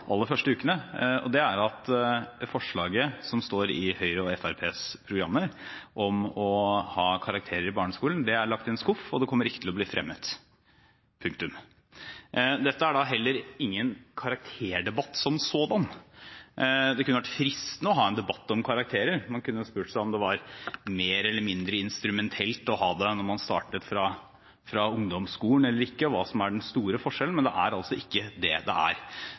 aller første ukene, og det er at det forslaget som står i Høyres og Fremskrittspartiets programmer om å ha karakterer i barneskolen, er lagt i en skuff, og det kommer ikke til å bli fremmet. Punktum. Dette er da heller ingen karakterdebatt som sådan. Det kunne vært fristende å ha en debatt om karakterer. Man kunne jo spurt seg om det er mer eller mindre instrumentelt å ha det når man starter fra ungdomsskolen, eller ikke, og hva som er den store forskjellen. Men det er altså ikke det dette er.